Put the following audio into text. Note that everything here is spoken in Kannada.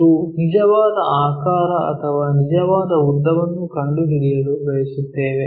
ಮತ್ತು ನಿಜವಾದ ಆಕಾರ ಅಥವಾ ನಿಜವಾದ ಉದ್ದವನ್ನು ಕಂಡುಹಿಡಿಯಲು ಬಯಸುತ್ತೇವೆ